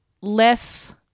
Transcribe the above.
less